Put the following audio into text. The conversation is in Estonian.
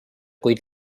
kuid